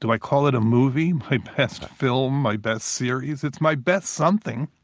do i call it a movie? my best film my best series? it's my best something